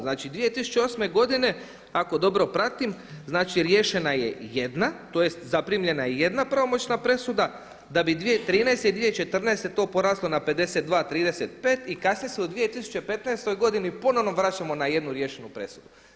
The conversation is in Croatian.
Znači 2008. godine ako dobro pratim riješena je jedna tj. zaprimljena je jedna pravomoćna presuda, da bi 2013. i 2014. to poraslo na 52-35 i kasnije se u 2015. godini ponovno vraćamo na jednu riješenu presudu.